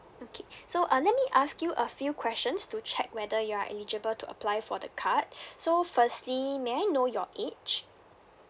okay so uh let me ask you a few questions to check whether you are eligible to apply for the card so firstly may I know your age